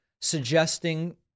suggesting